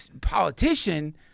politician